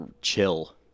chill